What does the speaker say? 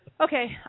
Okay